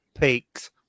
peaks